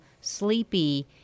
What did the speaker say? sleepy